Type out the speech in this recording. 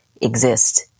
exist